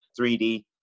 3D